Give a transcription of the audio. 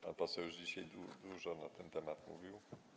Pan poseł już dzisiaj dużo na ten temat mówił.